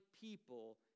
people